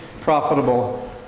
profitable